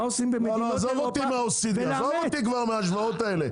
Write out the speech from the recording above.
מה עושים במדינות אירופה --- עזוב אותי כבר מההשוואות האלה.